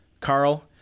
Carl